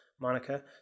Monica